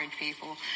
people